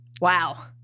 wow